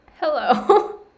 Hello